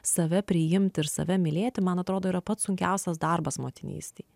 save priimti ir save mylėti man atrodo yra pats sunkiausias darbas motinystėj